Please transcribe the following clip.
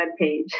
webpage